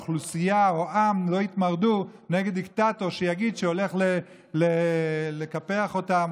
אוכלוסייה או עם לא יתמרדו נגד דיקטטור שיגיד שהוא הולך לקפח אותם,